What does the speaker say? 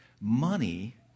Money